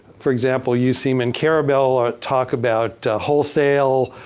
for example, useem and karabel ah talk about wholesale,